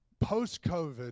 post-COVID